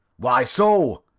why so?